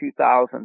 2000